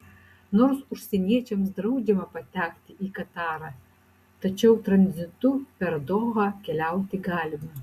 nors užsieniečiams draudžiama patekti į katarą tačiau tranzitu per dohą keliauti galima